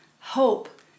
hope